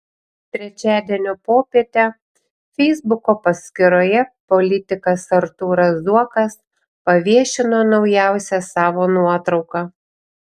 trečiadienio popietę feisbuko paskyroje politikas artūras zuokas paviešino naujausią savo nuotrauką